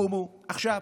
קומו עכשיו,